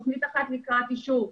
תוכנית אחת לקראת אישור,